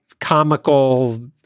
comical